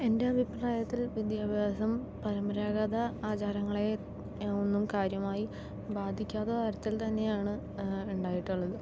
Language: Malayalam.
എൻ്റെ അഭിപ്രായത്തിൽ വിദ്യാഭ്യാസം പരമ്പരാഗത ആചാരങ്ങളെ ഒന്നും കാര്യമായി ബാധിക്കാത്ത തരത്തിൽ തന്നെയാണ് ഉണ്ടായിട്ടുള്ളത്